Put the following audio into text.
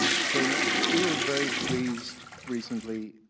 so we were very pleased recently